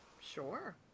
Sure